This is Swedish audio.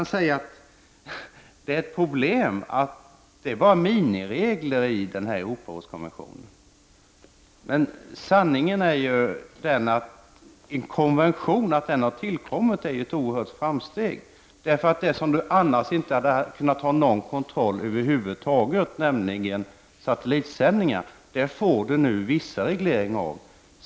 Han säger att det är ett problem att Europarådskonventionen bara innehåller miniregler. Men sanningen är att det är ett oerhört framsteg att en konvention har tillkommit. Det som man annars inte hade kunnat ha någon kontroll över huvud taget över, nämligen satellitsändningar, får man nu viss reglering av.